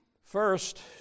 First